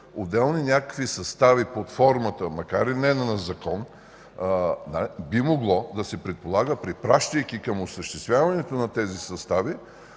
отделни състави под формата, макар и не на закон, би могло да се предполага, препращайки към осъществяването на тези състави,